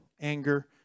anger